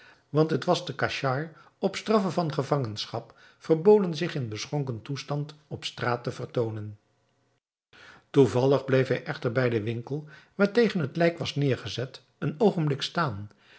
want het was te cachgar op straffe van gevangenschap verboden zich in beschonken toestand op straat te vertoonen toevallig bleef hij echter bij den winkel waartegen het lijk was neergezet een oogenblik staan